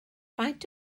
faint